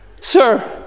Sir